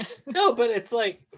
you know but it's like,